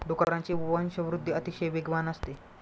डुकरांची वंशवृद्धि अतिशय वेगवान असते